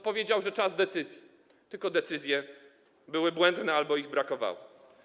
Powiedział wtedy, że to czas decyzji, tylko że decyzje były błędne albo ich brakowało.